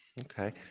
okay